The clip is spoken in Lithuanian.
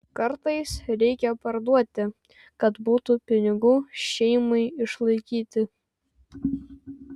kartais reikia parduoti kad būtų pinigų šeimai išlaikyti